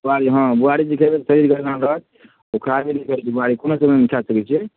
बुआड़ी हँ बुआड़ी बिकैमे कोनो टाइम नहि लागत खासिअत छै बुआड़ीमे कोनो समय मे खाय सकै छियै